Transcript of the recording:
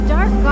Dark